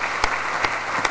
(מחיאות כפיים)